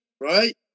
right